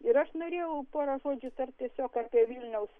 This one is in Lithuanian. ir aš norėjau porą žodžių tart apie vilniaus